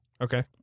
Okay